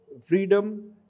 Freedom